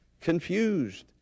confused